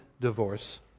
divorce